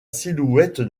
silhouette